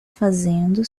fazendo